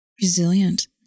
Resilient